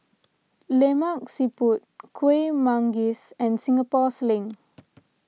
Lemak Siput Kuih Manggis and Singapore Sling